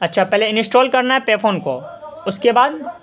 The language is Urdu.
اچھا پہلے انسٹال کرنا ہے پے فون کو اس کے بعد